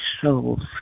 souls